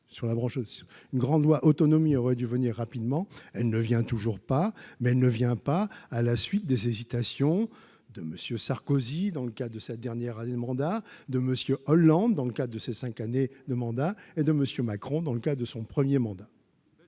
une grande loi autonomie aurait dû venir rapidement, elle ne vient toujours pas, mais elle ne vient pas à la suite des hésitations de monsieur Sarkozy dans le cas de sa dernière année du mandat de Monsieur Hollande dans le cadre de ces 5 années de mandat et de monsieur Macron dans le cas de son 1er mandat.